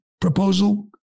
proposal